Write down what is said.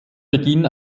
beginn